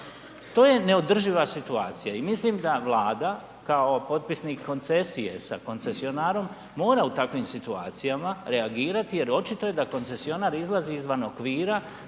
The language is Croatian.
To je neodrživa situacija i mislim da Vlada kao potpisnik koncesije sa koncesionarom, mora u takvim situacijama reagirati jer očito je to da koncesionar izlazi izvan okvira